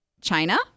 China